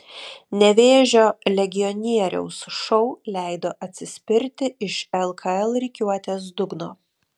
nevėžio legionieriaus šou leido atsispirti iš lkl rikiuotės dugno